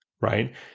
Right